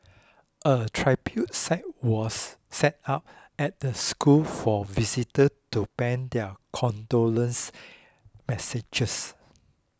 a tribute site was set up at the school for visitor to pen their condolence messages